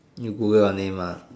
you Google your name ah